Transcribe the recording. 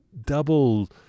double